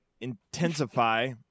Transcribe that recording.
intensify